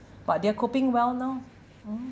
but they are coping well now mm